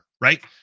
Right